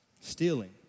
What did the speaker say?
stealing